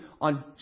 on